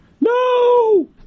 No